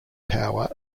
power